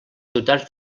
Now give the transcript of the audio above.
ciutats